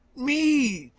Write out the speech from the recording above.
me